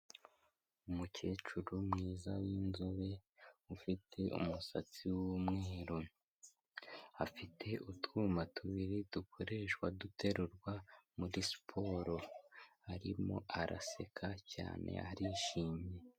Umukecuru mwiza w'inzobe ufite umusatsi w'umweru, afite utwuma tubiri dukoreshwa duterurwa muri siporo, arimo araseka cyane arishimye.